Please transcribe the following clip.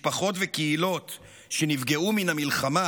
משפחות וקהילות שנפגעו מהמלחמה"